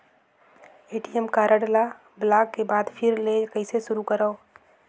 ATM card ल block के बाद फिर ले कइसे शुरू करव?